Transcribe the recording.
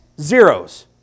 zeros